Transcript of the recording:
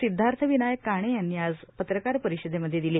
सिद्वार्थविनायक काणे यांनी आज पत्रकार परिषदेमध्ये दिली